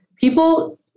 people